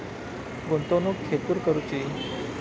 गुंतवणुक खेतुर करूची?